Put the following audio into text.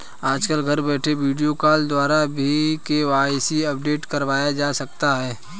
आजकल घर बैठे वीडियो कॉल द्वारा भी के.वाई.सी अपडेट करवाया जा सकता है